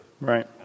Right